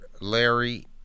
Larry